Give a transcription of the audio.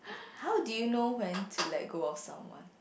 how did you know when to let go of someone